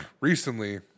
recently